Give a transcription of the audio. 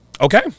Okay